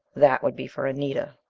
that would be for anita.